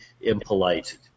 impolite